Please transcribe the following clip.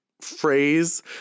phrase